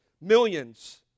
Millions